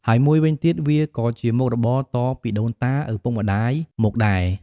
ហើយមួយវិញទៀត វាក៏ជាមុខរបរតពីដូនតា ឪពុកម្ដាយមកដែរ ។